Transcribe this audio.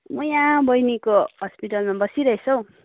ऊ यहाँ बहिनीको हस्पिटलमा बसिराहेको छ हौ